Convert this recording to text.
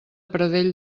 pradell